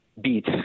beat